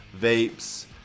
vapes